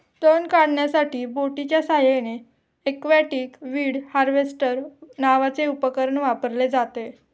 तण काढण्यासाठी बोटीच्या साहाय्याने एक्वाटिक वीड हार्वेस्टर नावाचे उपकरण वापरले जाते